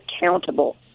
accountable